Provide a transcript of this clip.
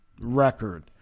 record